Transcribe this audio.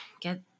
get